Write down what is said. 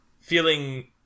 feeling